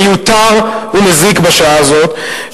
מיותר ומזיק בשעה הזאת,